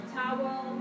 towel